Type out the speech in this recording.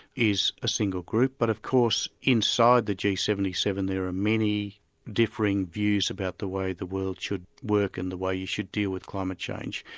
is a single group, but of course inside the g seven seven there are many differing views about the way the world should work and the way you should deal with climate change.